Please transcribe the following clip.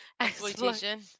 Exploitation